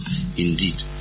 indeed